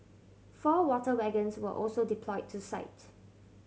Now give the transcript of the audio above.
four water wagons were also deployed to site